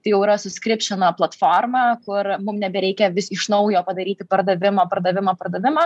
tai jau yra suskripšino platforma kur mum nebereikia vis iš naujo padaryti pardavimo pardavimo pardavimo